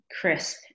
crisp